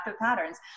patterns